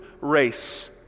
race